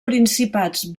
principats